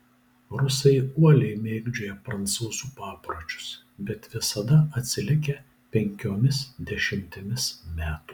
rusai uoliai mėgdžioja prancūzų papročius bet visada atsilikę penkiomis dešimtimis metų